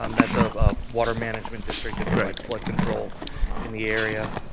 um that's um a water management district, it provides flood control in the area.